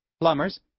plumbers